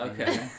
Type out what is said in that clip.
Okay